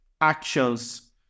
actions